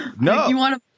No